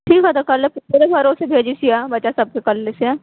ठीक हय तऽ कल तोरे भरोसे भेजैत छियौ बच्चा सभ फिर कलसे